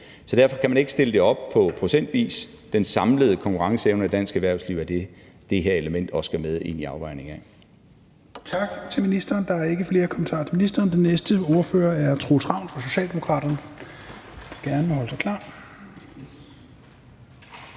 Så derfor kan man ikke stille det op procentvis. Den samlede konkurrenceevne i dansk erhvervsliv er det, som det her element også skal med ind i afvejningen af.